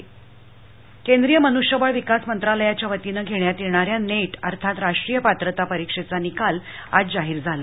net केंद्रीय मनुष्यबळ विकास मंत्रालयाच्या वतीनं घेण्यात येणाऱ्या नेट अर्थात राष्ट्रीय पात्रता परीक्षेचा निकाल आज जाहीर झाला